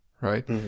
right